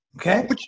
Okay